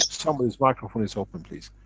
someone's microphone is open, please.